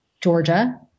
Georgia